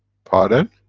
pardon?